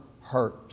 hurt